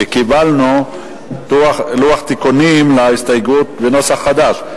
וקיבלנו לוח תיקונים להסתייגות בנוסח חדש.